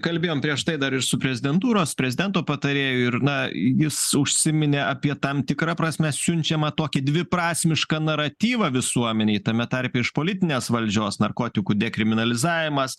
kalbėjom prieš tai dar ir su prezidentūros prezidento patarėju ir na jis užsiminė apie tam tikra prasme siunčiamą tokį dviprasmišką naratyvą visuomenei tame tarpe iš politinės valdžios narkotikų dekriminalizavimas